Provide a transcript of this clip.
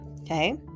Okay